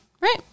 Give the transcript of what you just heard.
Right